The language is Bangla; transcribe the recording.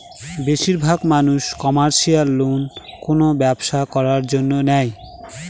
বেশির ভাগ মানুষ কমার্শিয়াল লোন কোনো ব্যবসা করার জন্য নেয়